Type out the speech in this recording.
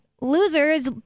losers